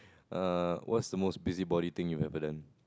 err what's the most busybody thing you've ever done